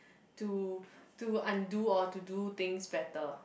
to to undo or to do things better